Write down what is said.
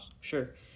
Sure